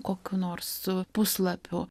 kokių nors puslapių